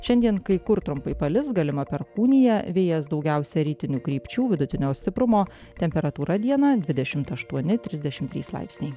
šiandien kai kur trumpai palis galima perkūnija vėjas daugiausia rytinių krypčių vidutinio stiprumo temperatūra dieną dvidešimt aštuoni trisdešim trys laipsniai